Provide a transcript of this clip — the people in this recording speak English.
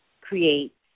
create